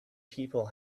people